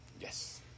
Yes